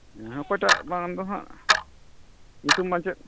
ᱚᱠᱚᱭᱴᱟᱜ ᱵᱟᱝ ᱫᱚᱦᱟᱜ ᱧᱩᱛᱩᱢ ᱢᱟ ᱪᱮᱫ